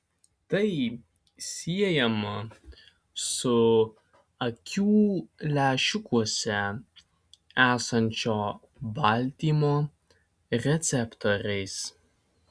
tai siejama su akių lęšiukuose esančio baltymo receptoriais